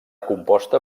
composta